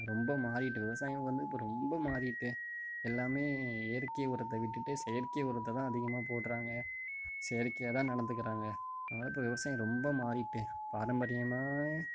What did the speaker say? ரொம்ப மாறிட்டு விவசாயம் வந்து இப்போ ரொம்ப மாறிட்டு எல்லாமே இயற்கை உரத்தை விட்டுவிட்டு செயற்கை உரத்தைத்தான் அதிகமாக போடுறாங்க செயற்கையாக தான் நடத்துகிறாங்க அதனால் இப்போ விவசாயம் ரொம்ப மாறிட்டு பாரம்பரியமாவே